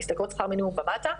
משתכרות שכר מינימום ומטה.